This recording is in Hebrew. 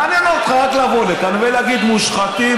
מעניין אותך רק לבוא לכאן ולהגיד: מושחתים,